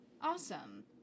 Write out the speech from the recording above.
Awesome